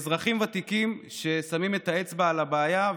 ושכולם יהיו בריאים,